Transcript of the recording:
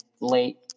late